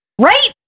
Right